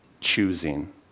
choosing